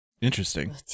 Interesting